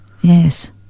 Yes